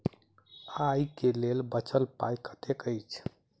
आइ केँ लेल बचल पाय कतेक अछि?